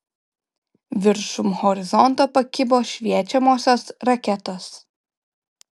viršum horizonto pakibo šviečiamosios raketos